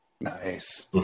Nice